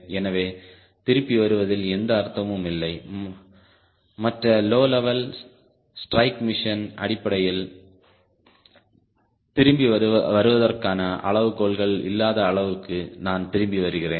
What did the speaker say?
எனவே திரும்பி வருவதில் எந்த அர்த்தமும் இல்லை மற்ற லோ லெவல் ஸ்ட்ரைக் மிஷன் அடிப்படையில் திரும்பி வருவதற்கான அளவுகோல்கள் இல்லாத அளவுக்கு நான் திரும்பி வருகிறேன்